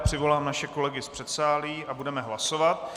Přivolám naše kolegy z předsálí a budeme hlasovat.